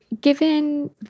Given